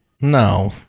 No